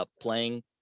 Playing